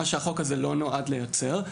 מה שהחוק הזה לא נועד לייצר,